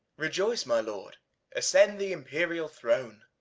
rejoice, my lord ascend the imperial throne!